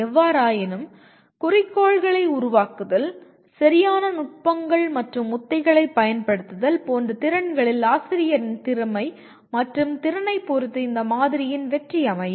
எவ்வாறாயினும் குறிக்கோள்களை உருவாக்குதல் சரியான நுட்பங்கள் மற்றும் உத்திகளைப் பயன்படுத்துதல் போன்ற திறன்களில் ஆசிரியரின் திறமை மற்றும் திறனைப் பொறுத்து இந்த மாதிரியின் வெற்றி அமையும்